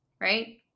right